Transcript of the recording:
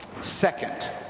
Second